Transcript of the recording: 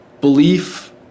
belief